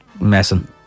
Messing